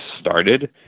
started